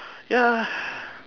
ya